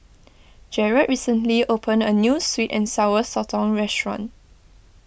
Jarad recently opened a New Sweet and Sour Sotong Restaurant